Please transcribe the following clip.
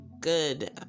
Good